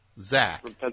zach